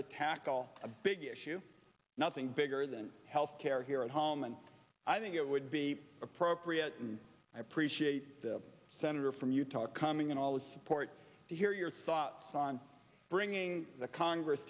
to tackle a big issue nothing bigger than health care here at home and i think it would be appropriate and i appreciate the senator from utah coming in all the support to hear your thoughts on bringing the congress